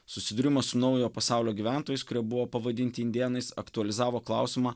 susidūrimas su naujo pasaulio gyventojais kurie buvo pavadinti indėnais aktualizavo klausimą